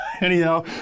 anyhow